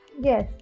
Yes